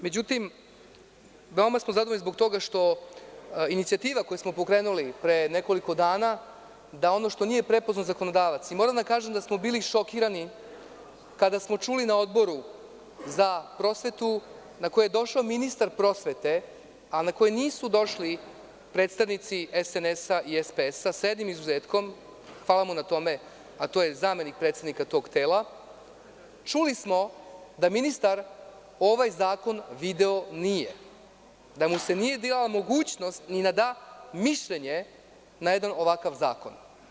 Međutim, veoma smo zadovoljni zbog toga što inicijativa koju smo pokrenuli pre nekoliko dana da ono što nije prepoznao zakonodavac, i moram da kažem da smo bili šokirani kada smo čuli na Odboru za prosvetu, na koji je došao ministar prosvete, a na koji nisu došli predstavnici SNS i SPS sa jednim izuzetkom, hvala mu na tome, a to je zamenik predsednika tog tela, čuli smo da ministar ovaj zakon video nije, da mu se nije dala mogućnost ni da da mišljenje na jedan ovakav zakon.